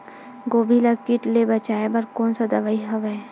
गोभी ल कीट ले बचाय बर कोन सा दवाई हवे?